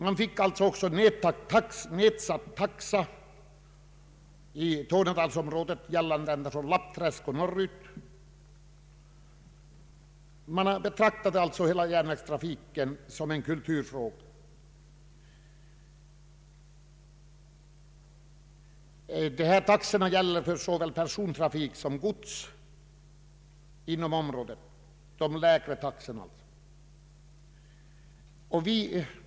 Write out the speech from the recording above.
Taxan blev också nedsatt i Tornedalsområdet, åtminstone från Lappträsk och norrut. Man betraktade alltså denna järnvägs trafik såsom en kulturfråga. Den nedsatta taxan gäller såväl persontrafiken som godstrafiken.